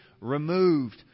removed